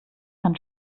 kann